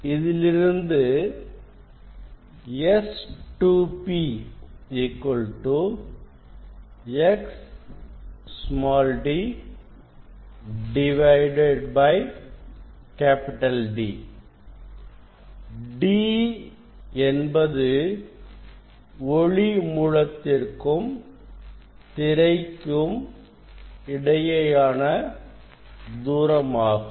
இதிலிருந்து S2p xd D D என்பது ஒளி மூலத்திற்கும் திரைக்கும் இடையேயான தூரம் ஆகும்